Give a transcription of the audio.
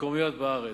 המקומיות בארץ.